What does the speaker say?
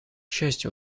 счастью